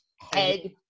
head